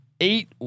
eight